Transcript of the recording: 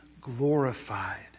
glorified